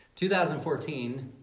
2014